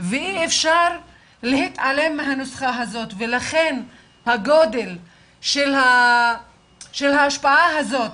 ואי אפשר להתעלם מהנוסחה הזאת ולכן הגודל של ההשפעה הזאת,